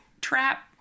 trap